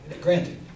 granted